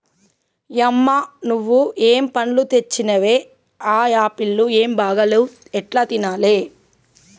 యమ్మ నువ్వు ఏం పండ్లు తెచ్చినవే ఆ యాపుళ్లు ఏం బాగా లేవు ఎట్లా తినాలే